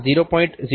મી છે આ 0